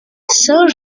saint